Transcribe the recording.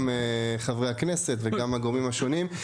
גם חברי הכנסת וגם הגורמים השונים.